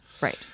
right